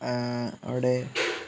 അവിടെ